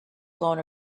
blown